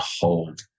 hold